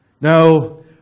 Now